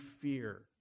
fear